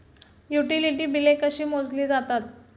Utility बिले कशी मोजली जातात?